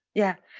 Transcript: yeah,